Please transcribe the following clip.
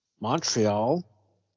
Montreal